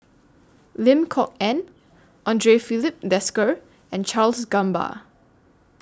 Lim Kok Ann Andre Filipe Desker and Charles Gamba